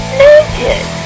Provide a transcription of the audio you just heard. naked